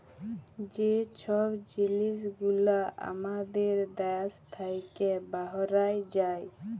যে ছব জিলিস গুলা আমাদের দ্যাশ থ্যাইকে বাহরাঁয় যায়